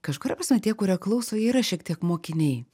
kažkuria prasme tie kurie klauso jie yra šiek tiek mokiniai